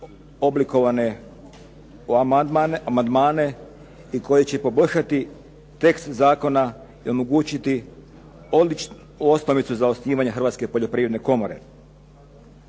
oblikovane u amandmane i koji će poboljšati tekst zakona omogućiti odličnu osnovicu za osnivanje Hrvatske poljoprivredne komore.